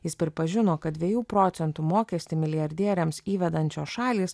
jis pripažino kad dviejų procentų mokestį milijardieriams įvedančios šalys